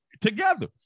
together